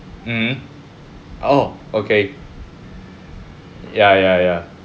mmhmm !ow! okay ya ya ya